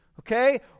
okay